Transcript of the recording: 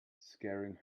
scaring